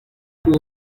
uwo